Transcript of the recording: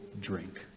drink